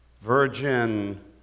virgin